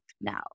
now